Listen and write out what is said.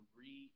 re